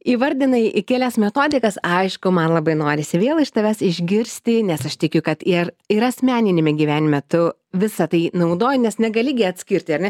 įvardinai į kelias metodikas aišku man labai norisi vėl iš tavęs išgirsti nes aš tikiu kad ir ir asmeniniame gyvenime tu visą tai naudoji nes negali gi atskirti ar ne